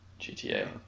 GTA